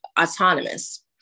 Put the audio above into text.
autonomous